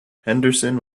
henderson